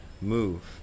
move